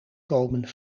komen